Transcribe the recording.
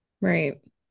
right